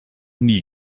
nie